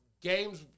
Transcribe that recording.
games